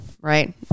right